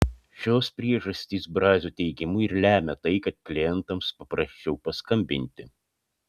šios priežastys brazio teigimu ir lemia tai kad klientams paprasčiau paskambinti